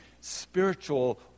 spiritual